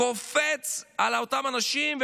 קופץ על אותם אנשים,